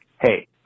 Hey